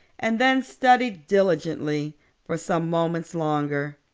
and then studied diligently for some moments longer.